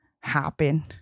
happen